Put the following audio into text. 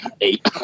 Eight